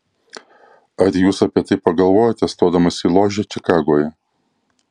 ar jūs apie tai pagalvojote stodamas į ložę čikagoje